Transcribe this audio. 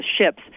ships